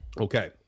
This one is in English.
okay